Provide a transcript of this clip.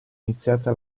iniziata